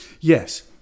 yes